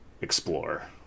explore